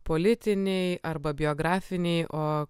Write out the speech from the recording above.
politiniai arba biografiniai o